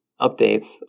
updates